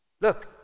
look